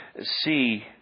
see